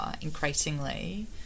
increasingly